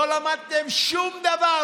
לא למדתם שום דבר,